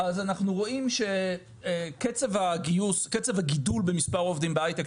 אז אנחנו רואים שקצב הגידול במספר העובדים בהייטק,